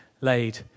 laid